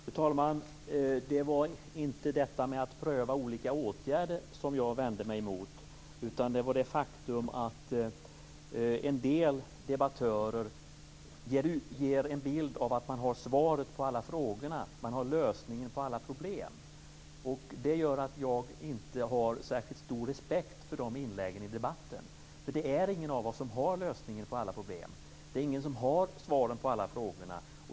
Fru talman! Det var inte detta med att pröva olika åtgärder som jag vände mig emot, utan det var det faktum att en del debattörer ger en bild av att man har svaren på alla frågorna, att man har lösningen på alla problem. Det gör att jag inte har särskilt stor respekt för de inläggen i debatten. Det är ingen av oss som har lösningen på alla problem. Det är ingen som har svaret på alla frågorna.